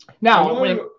Now